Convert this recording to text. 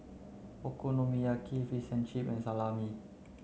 Okonomiyaki Fish and Chip and Salami